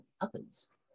Others